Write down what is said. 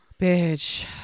Bitch